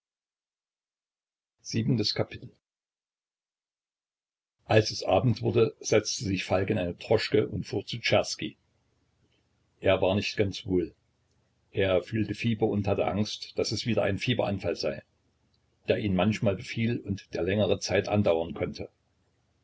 als es abend wurde setzte sich falk in eine droschke und fuhr zu czerski er war nicht ganz wohl er fühlte fieber und hatte angst daß es wieder ein fieberanfall sei der ihn manchmal befiel und der längere zeit andauern konnte